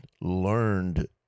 learned